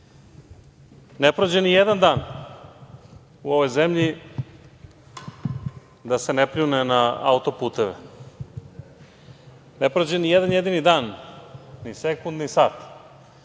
ne prođe nijedan dan u ovoj zemlji da se ne pljune na auto-puteve. Ne prođe nijedan jedini dan, ni sekund, ni sat